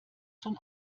schon